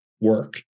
work